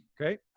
okay